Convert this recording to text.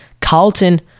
Carlton